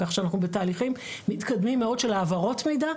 כך שאנחנו בתהליכים מתקדמים מאוד של העברות מידע,